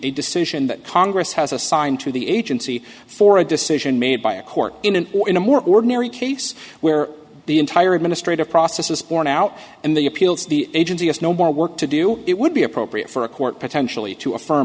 a decision that congress has assigned to the agency for a decision made by a court in an in a more ordinary case where the entire administrative process was borne out and the appeals the agency has no more work to do it would be appropriate for a court potentially to